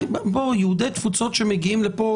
יהודי התפוצות שמגיעים לפה